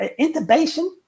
intubation